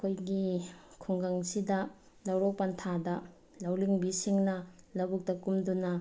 ꯑꯩꯈꯣꯏꯒꯤ ꯈꯨꯡꯒꯪꯁꯤꯗ ꯂꯧꯔꯣꯛ ꯄꯟꯊꯥꯗ ꯂꯧꯔꯤꯡꯕꯤ ꯁꯤꯡꯅ ꯂꯕꯨꯛꯇ ꯀꯨꯝꯗꯨꯅ